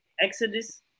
Exodus